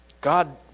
God